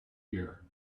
here